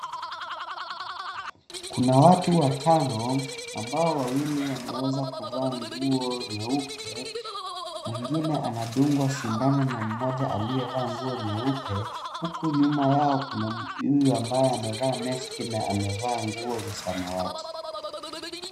Kuna watu watano ambao wawili wameweza kuvaa nguo nyeupe , mwingine andungwa sindano na mmoja aliyevaa nguo nyeupe uko nyuma yao kuna yule ambaye amevaa maski na amevaa nguo za samawati.